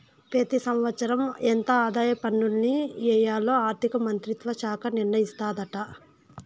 పెతి సంవత్సరం ఎంత ఆదాయ పన్నుల్ని ఎయ్యాల్లో ఆర్థిక మంత్రిత్వ శాఖ నిర్ణయిస్తాదాట